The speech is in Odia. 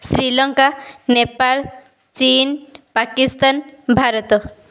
ଶ୍ରୀଲଙ୍କା ନେପାଳ ଚୀନ ପାକିସ୍ତାନ ଭାରତ